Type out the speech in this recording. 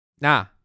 Nah